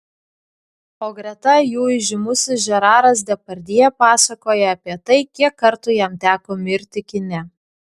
o greta jų įžymusis žeraras depardjė pasakoja apie tai kiek kartų jam teko mirti kine